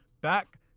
Back